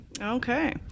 Okay